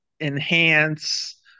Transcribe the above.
enhance